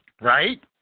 Right